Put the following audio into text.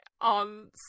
on